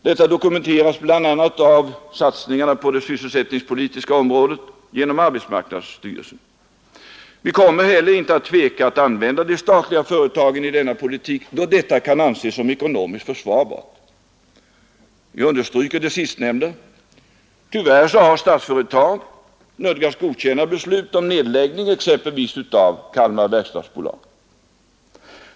Detta dokumenteras bl.a. i satsningarna på det sysselsättningspolitiska området genom arbetsmarknadsstyrelsen. Vi kommer inte heller att tveka att använda de statliga företagen i denna politik, när detta kan anses ekonomiskt försvarbart — jag understryker det sistnämnda. Tyvärr har Statsföretag nödgats godkänna beslut om nedläggning, exempelvis av Kalmar Verkstads AB.